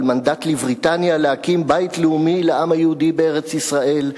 מנדט לבריטניה להקים בית לאומי לעם היהודי בארץ-ישראל,